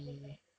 apa kau rasa